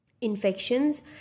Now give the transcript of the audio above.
infections